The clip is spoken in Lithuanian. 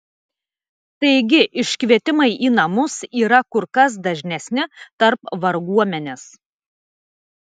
taigi iškvietimai į namus yra kur kas dažnesni tarp varguomenės